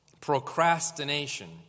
Procrastination